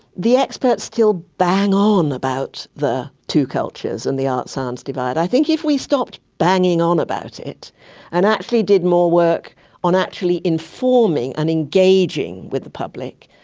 the experts still bang on about the two cultures and the art-science divide. i think if we stopped banging on about it and actually did more work on actually informing and engaging with the public,